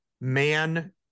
man